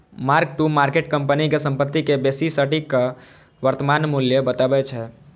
mark to market company के संपत्ति के बेसी सटीक वर्तमान मूल्य बतबै छै